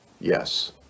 yes